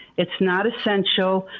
it's not essential,